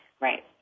Right